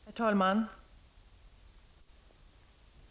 Herr talman!